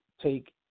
take